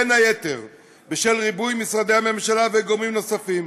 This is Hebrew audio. בין היתר בשל ריבוי משרדי הממשלה אשר